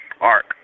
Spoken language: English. arc